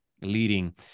leading